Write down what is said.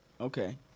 Okay